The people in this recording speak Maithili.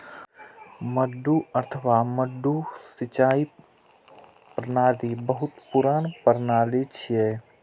मड्डू अथवा मड्डा सिंचाइ प्रणाली बहुत पुरान प्रणाली छियै